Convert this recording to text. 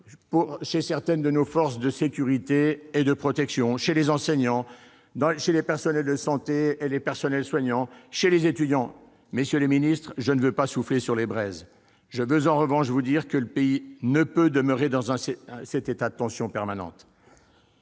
chez certaines de nos forces de sécurité et de protection, chez les enseignants, chez les personnels de santé et les personnels soignants, chez les étudiants ... Messieurs les ministres, je ne veux pas souffler sur les braises, mais je tiens à vous dire que le pays ne peut demeurer dans cet état de tension permanente.